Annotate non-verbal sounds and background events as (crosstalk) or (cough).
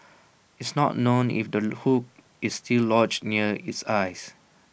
it's not known if the (noise) hook is still lodged near its eyes